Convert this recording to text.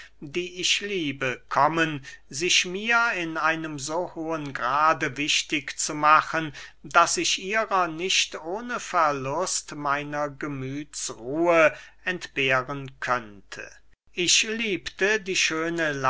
die ich liebe kommen sich mir in einem so hohen grade wichtig zu machen daß ich ihrer nicht ohne verlust meiner gemüthsruhe entbehren könnte ich liebte die schöne